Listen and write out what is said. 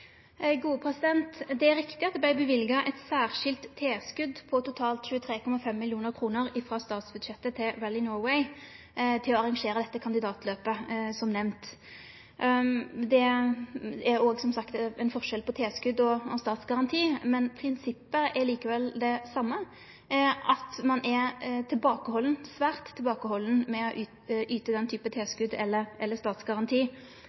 Det er riktig at det vart løyvt eit særskilt tilskot på totalt 23,5 mill. kr frå statsbudsjettet til Rally Norway, som nemnt for å arrangere dette kandidatløpet. Det er òg, som sagt, ein forskjell mellom tilskot og statsgaranti. Men prinsippet er likevel det same, at ein er svært tilbakehalden med å yte den typen tilskot eller statsgaranti